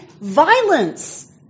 violence